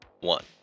one